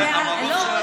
המפות של הסיבים.